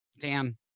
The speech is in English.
Dan